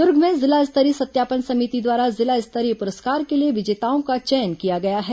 दुर्ग में जिला स्तरीय सत्यापन समिति द्वारा जिला स्तरीय पुरस्कार के लिए विजेताओं का चयन किया गया है